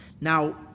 Now